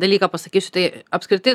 dalyką pasakysiu tai apskritai